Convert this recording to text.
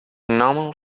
nominal